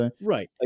Right